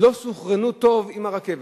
לא סונכרנו טוב עם הרכבת.